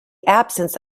absence